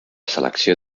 selecció